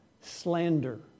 slander